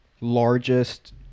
largest